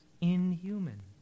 inhuman